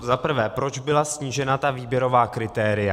Za prvé proč byla snížena výběrová kritéria.